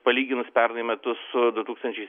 palyginus pernai metus su du tūkstančiai